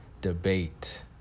debate